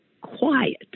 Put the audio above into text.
quiet